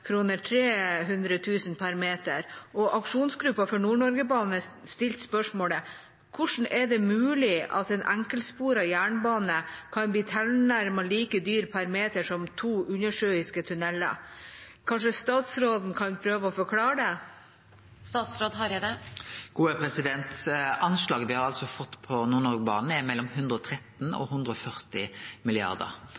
per meter, og Aksjonsgruppa for Nord-Norge-banen stilte spørsmålet: Hvordan er det mulig at en enkeltsporet jernbane kan bli tilnærmet like dyr per meter som to undersjøiske tunneler? Kanskje statsråden kan prøve å forklare det? Anslaget me har fått på Nord-Norge-banen, er på mellom 113 mrd. og